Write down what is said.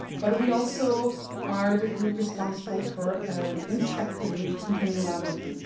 but we also are the group responsible for inspecting containment laboratories